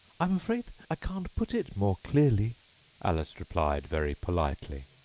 i'm afraid i can't put it more clearly alice replied very politely,